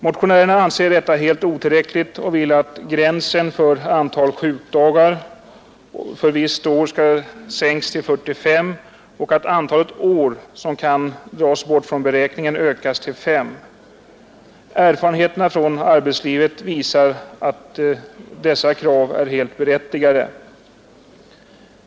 Motionärerna anser detta helt otillräckligt och vill att gränsen för antalet sjukdagar för visst år skall sänkas till 45 och att antalet år som kan dras bort från beräkningen ökas till fem. Erfarenheterna från arbetslivet visar att dessa krav är helt berättigade.